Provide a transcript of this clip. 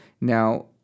Now